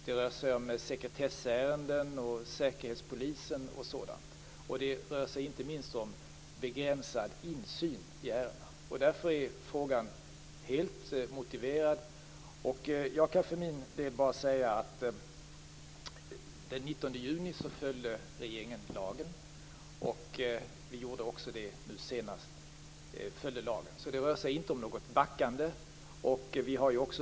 Det rör sig om sekretessärenden, Säkerhetspolisen och sådant. Det rör sig inte minst om begränsad insyn i ärendena. Därför är frågan helt motiverad. Den 19 juni följde regeringen lagen, vilket vi också gjorde nu senast. Det var alltså inte fråga om något backande.